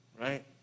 right